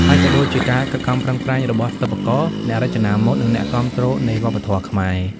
ហើយក៏ដូចជាការខិតខំប្រឹងប្រែងរបស់សិប្បករ អ្នករចនាម៉ូដ និងអ្នកគាំទ្រនៃវប្បធម៌ខ្មែរ។